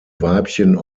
weibchen